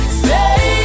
stay